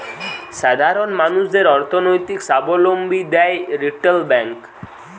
সাধারণ মানুষদের অর্থনৈতিক সাবলম্বী দ্যায় রিটেল ব্যাংক